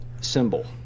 symbol